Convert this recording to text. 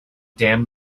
damn